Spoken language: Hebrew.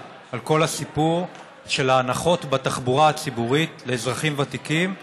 על כל הסיפור של ההנחות בתחבורה הציבורית לאזרחים ותיקים,